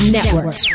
Network